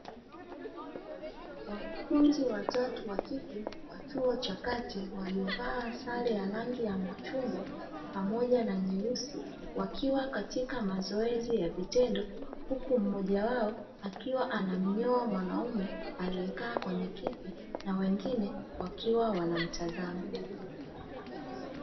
Wanafunzi watatu wakike wa chuo cha kati walio vaa sale ya machungwa pamoja na nyeusi, wakiwa katika mazoezi ya vitendo huku mmoja wao akiwa anamnyoa mwanaume alie kaa kwenye kiti, na wengine wakiwa wanamtazama.